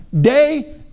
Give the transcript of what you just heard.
day